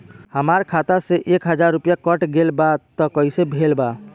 हमार खाता से एक हजार रुपया कट गेल बा त कइसे भेल बा?